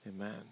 amen